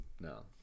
No